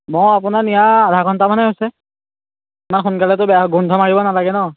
মই আপোনাৰ নিয়া আধা ঘণ্টামানহে হৈছে ইমান সোনকালেটো বেয়া গোন্ধ মাৰিব নালাগে ন